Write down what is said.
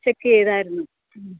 check ചെയ്തായിരുന്നു ഉം